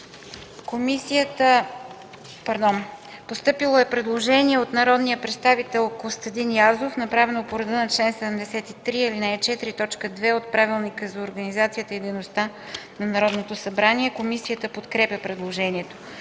Комисията не подкрепя предложението.